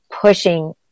pushing